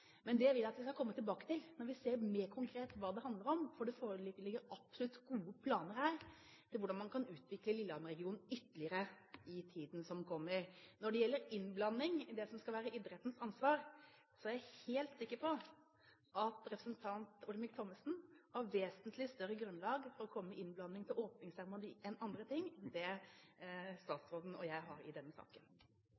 men det vil jeg at vi skal komme tilbake til når vi ser mer konkret hva det handler om. Det foreligger absolutt gode planer her for hvordan man kan utvikle Lillehammer-regionen ytterligere i tiden som kommer. Når det gjelder innblanding i det som skal være idrettens ansvar, er jeg helt sikker på at representanten Olemic Thommessen har vesentlig større grunnlag for innblanding i åpningsseremoni og andre ting enn det statsråden har i denne saken. Det